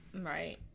Right